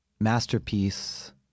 masterpiece